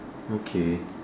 okay